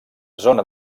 zona